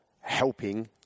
helping